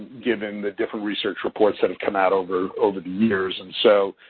given the different research reports that have come out over over the years. and so,